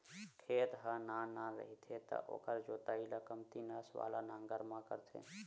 खेत ह नान नान रहिथे त ओखर जोतई ल कमती नस वाला नांगर म करथे